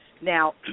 Now